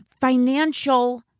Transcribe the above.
financial